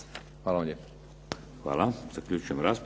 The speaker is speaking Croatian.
Hvala.